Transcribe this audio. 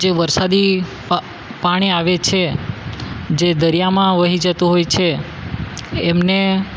જે વરસાદી પાણી આવે છે જે દરિયામાં વહી જતું હોય છે એમને